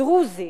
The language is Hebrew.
דרוזי